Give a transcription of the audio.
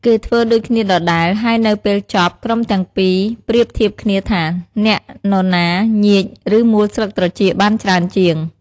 គេធ្វើដូចគ្នាដដែល ហើយនៅពេលចប់ ក្រុមទាំងពីរប្រៀបធៀបគ្នាថា អ្នកនរណា ញៀច ឬ មួលស្លឹកត្រចៀកបានច្រើនជាង។